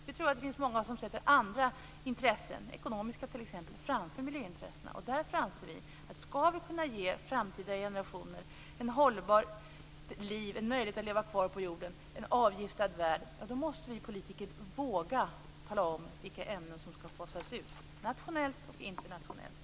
Det finns många som sätter andra intressen framför miljöintressena, t.ex. ekonomiska intressen. Om vi skall kunna ge framtida generationer en möjlighet att leva kvar på jorden i en avgiftad värld måste vi politiker våga tala om vilka ämnen som skall fasas ut, nationellt och internationellt.